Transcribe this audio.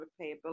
repayability